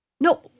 No